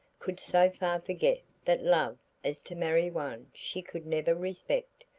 could so far forget that love as to marry one she could never respect,